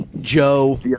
Joe